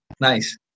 Nice